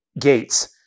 gates